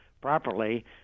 properly